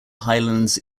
highlands